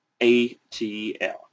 ATL